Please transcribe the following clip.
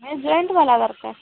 ହଁ ରେଣ୍ଟ୍ ବାଲା ଦରକାର